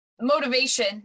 motivation